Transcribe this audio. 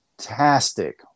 fantastic